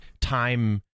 time